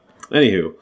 Anywho